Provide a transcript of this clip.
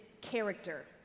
character